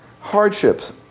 hardships